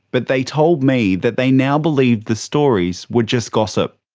but they told me that they now believe the stories were just gossip.